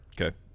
Okay